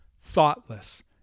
thoughtless